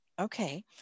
Okay